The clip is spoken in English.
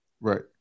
Right